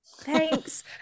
Thanks